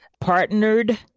partnered